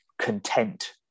content